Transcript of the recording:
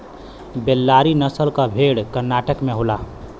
बेल्लारी नसल क भेड़ कर्नाटक में होला